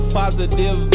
positive